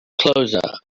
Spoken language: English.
closer